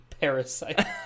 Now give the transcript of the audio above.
parasite